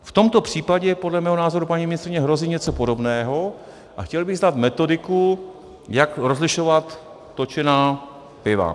V tomto případě podle mého názoru, paní ministryně, hrozí něco podobného a chtěl bych znát metodiku, jak rozlišovat točená piva.